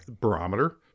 Barometer